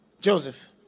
Joseph